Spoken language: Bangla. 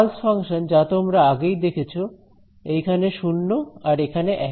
পালস ফাংশন যা তোমরা আগেই দেখেছ এইখানে শুন্য আর এখানে এক